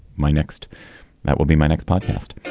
my next that will be my next podcast.